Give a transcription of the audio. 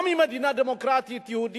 גם אם היא מדינה דמוקרטית יהודית,